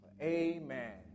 Amen